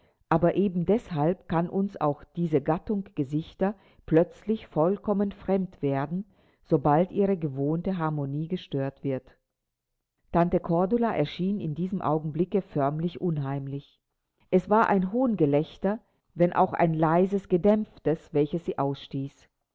aber eben deshalb kann uns auch diese gattung gesichter plötzlich vollkommen fremd werden sobald ihre gewohnte harmonie gestört wird tante cordula erschien in diesem augenblicke förmlich unheimlich es war ein hohngelächter wenn auch ein leises gedämpftes welches sie ausstieß